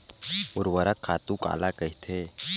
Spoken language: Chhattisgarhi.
ऊर्वरक खातु काला कहिथे?